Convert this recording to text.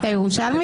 ירושלמי?